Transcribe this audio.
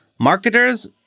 Marketers